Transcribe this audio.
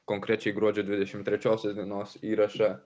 konkrečiai gruodžio dvidešim trečiosios dienos įrašą